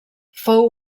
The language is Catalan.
fou